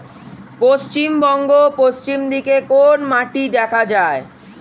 পশ্চিমবঙ্গ পশ্চিম দিকে কোন মাটি দেখা যায়?